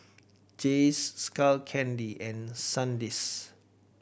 Jays Skull Candy and Sandisk